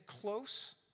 close